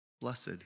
blessed